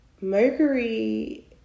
Mercury